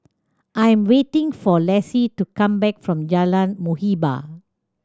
I am waiting for Lassie to come back from Jalan Muhibbah